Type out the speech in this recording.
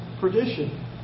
perdition